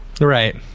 right